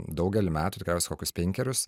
daugelį metų tikriausiai kokius penkerius